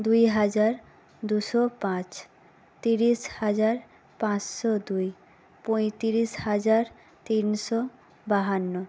দুই হাজার দুশো পাঁচ তিরিশ হাজার পাঁচশো দুই পঁয়ত্রিশ হাজার তিনশো বাহান্ন